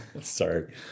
Sorry